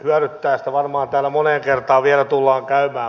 sitä varmaan täällä moneen kertaan vielä tullaan käymään